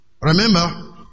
Remember